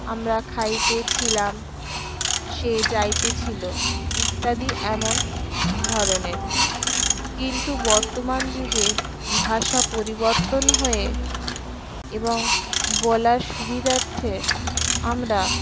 আমরা খাইতে ছিলাম সে যাইতে ছিলো ইত্যাদি এমন ধরনের কিন্তু বর্তমান যুগে ভাষা পরিবর্তন হয়ে এবং বলার সুবিধার্থে আমরা